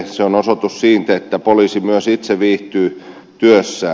se on osoitus siitä että poliisi myös itse viihtyy työssään